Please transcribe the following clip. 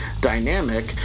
dynamic